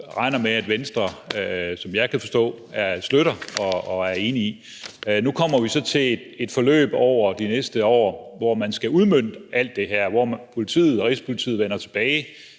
regner med Venstre støtter og er enige i. Nu kommer vi så til et forløb over de næste år, hvor man skal udmønte alt det her, og hvor politiet og Rigspolitiet vender tilbage